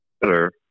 better